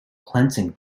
cleansing